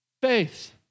faith